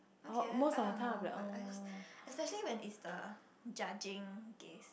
okay I don't know but I just especially when if the judging gaze